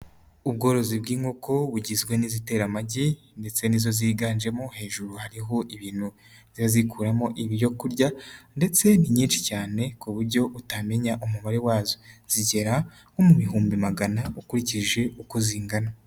Ubworozi bw'inkoko bugizwe n'izitera amagi ndetse n'izo ziganjemo, hejuru hariho ibintu bijya zikuramo ibyo kurya ndetse nyinshi cyane, ku buryo utamenya umubare wazo zigera nko mu bihumbi magana, ukurikije uko zingana.